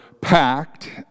packed